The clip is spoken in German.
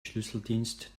schlüsseldienst